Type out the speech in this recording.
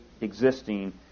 existing